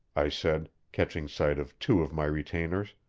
i said, catching sight of two of my retainers,